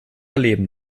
erleben